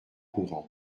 courant